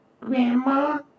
Grandma